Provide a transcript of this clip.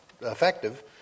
effective